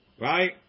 Right